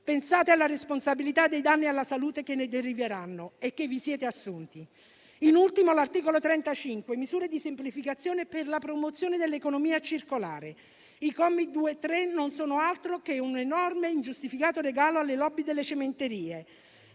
Pensate alla responsabilità dei danni alla salute che ne deriveranno e che vi siete assunti. In ultimo, mi soffermo sull'articolo 35 contenente misure di semplificazione per la promozione dell'economia circolare. I commi 2 e 3 non sono altro che un enorme e ingiustificato regalo alle *lobby* delle cementerie.